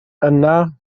yna